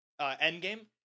Endgame